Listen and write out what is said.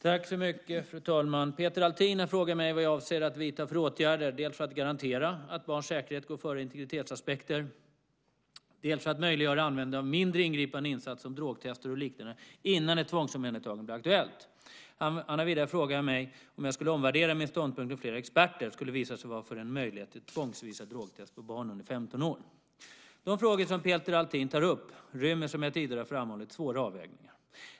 Fru talman! Peter Althin har frågat mig vad jag avser att vidta för åtgärder dels för att garantera att barns säkerhet går före integritetsaspekter, dels för att möjliggöra användandet av mindre ingripande insatser, som drogtest och liknande, innan ett tvångsomhändertagande blir aktuellt. Han har vidare frågat mig om jag skulle omvärdera min ståndpunkt om flera experter skulle visa sig vara för en möjlighet till tvångsvisa drogtest på barn under 15 år. De frågor som Peter Althin tar upp rymmer, som jag tidigare har framhållit, svåra avvägningar.